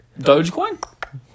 Dogecoin